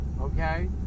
okay